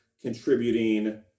contributing